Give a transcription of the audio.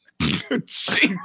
Jesus